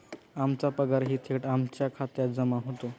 आमचा पगारही थेट आमच्या खात्यात जमा होतो